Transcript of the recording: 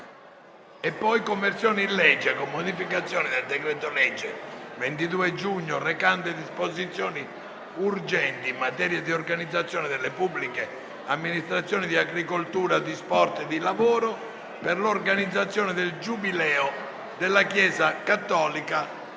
trasporti Conversione in legge, con modificazioni, del decreto-legge 22 giugno 2023, n. 75, recante disposizioni urgenti in materia di organizzazione delle pubbliche amministrazioni, di agricoltura, di sport, di lavoro e per l'organizzazione del Giubileo della Chiesa cattolica